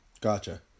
Gotcha